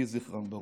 יהי זכרם ברוך.